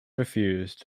refused